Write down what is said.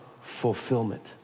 fulfillment